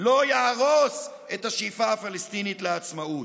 לא יהרוס את השאיפה הפלסטינית לעצמאות.